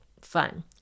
Fun